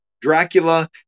Dracula